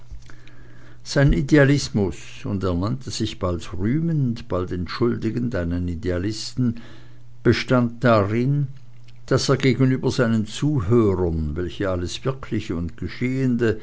sein idealismus und er nannte sich bald rühmend bald entschuldigend einen idealisten bestand darin daß er gegenüber seinen zuhörern welche alles wirkliche und geschehende